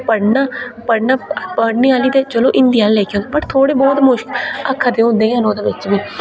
पढ़ना पढ़ना पढ़ने आह्ली ते चलो हिंदी आह्ली लेखै बट थोड़े बहुत मुश्कल अक्खर ते होंदे गै नै ओह्दे बिच्च बी